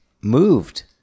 moved